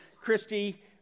Christy